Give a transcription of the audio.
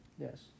Yes